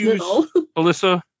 Alyssa